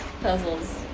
puzzles